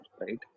right